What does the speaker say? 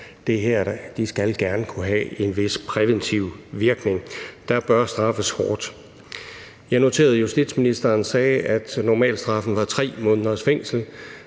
det her, gerne kunne have en vis præventiv virkning. Der bør straffes hårdt. Jeg noterede, at justitsministeren sagde, at normalstraffen var 3 måneders fængsel,